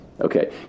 Okay